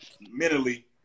mentally